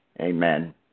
amen